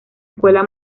escuela